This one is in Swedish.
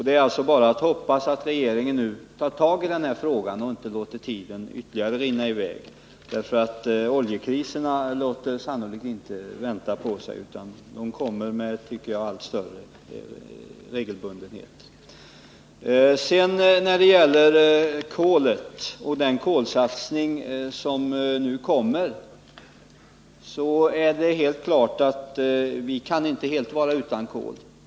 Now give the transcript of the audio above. Det är bara att hoppas att regeringen tar tag i denna fråga och inte låter tiden rinna i väg ytterligare. Oljekriserna låter sannerligen inte vänta på sig utan kommer med allt större regelbundenhet. När det gäller kolet och den kolsatsning som nu kommer vill jag säga att det är helt klart att vi inte kan vara fullständigt utan kol.